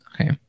Okay